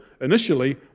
initially